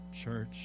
Church